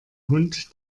hund